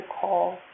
call